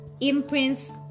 imprints